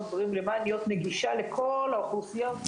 דברים למען להיות נגישה לכל האוכלוסיות.